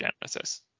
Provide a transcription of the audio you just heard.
Genesis